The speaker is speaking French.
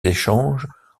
échanges